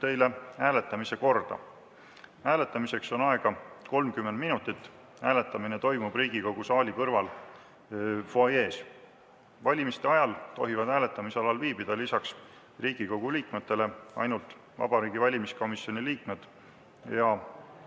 hääletamise korda. Hääletamiseks on aega 30 minutit. Hääletamine toimub Riigikogu saali kõrval fuajees. Valimiste ajal tohivad hääletamisalal viibida lisaks Riigikogu liikmetele ainult Vabariigi Valimiskomisjoni liikmed ja